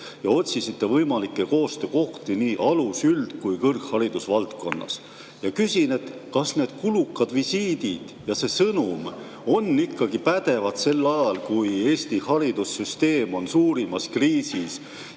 otsisite võimalikke koostöökohti nii alus-, üld- kui kõrghariduse valdkonnas. Kas need kulukad visiidid ja see sõnum on ikkagi pädevad sel ajal, kui Eesti haridussüsteem on suurimas kriisis